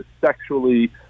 sexually